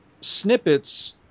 snippets